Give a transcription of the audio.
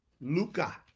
Luca